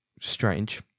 strange